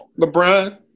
LeBron